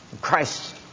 Christ